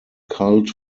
cult